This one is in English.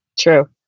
True